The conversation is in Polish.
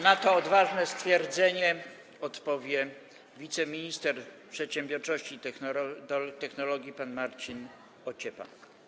Na to odważne stwierdzenie odpowie wiceminister przedsiębiorczości i technologii pan Marcin Ociepa.